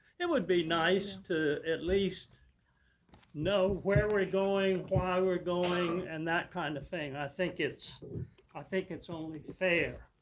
it would be nice to at least know where we're going, why we're going, and that kind of thing. i think it's i think it's only fair.